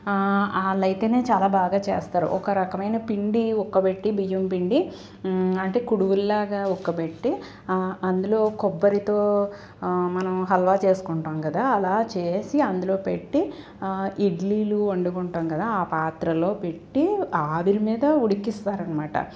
వాళ్ళయితేనే చాలా బాగా చేస్తారు ఒక రకమైన పిండి ఉక్కపెట్టి బియ్యం పిండి అంటే కుడుముల్లాగా ఉక్కపెట్టి అందులో కొబ్బరితో మనం హాల్వా చేసుకుంటాం కదా అలా చేసి అందులో పెట్టి ఇడ్లీలు వండుకుంటాం కదా ఆ పాత్రలో పెట్టి ఆవిరి మీద ఉడికిస్తారనమాట